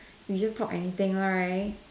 we just talk anything one right